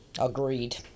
Agreed